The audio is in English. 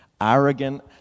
arrogant